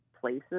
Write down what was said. places